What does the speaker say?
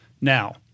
Now